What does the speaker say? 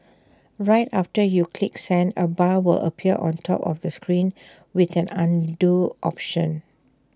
right after you click send A bar will appear on top of the screen with an Undo option